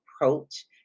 approach